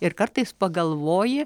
ir kartais pagalvoji